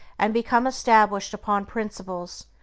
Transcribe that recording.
and become established upon principles,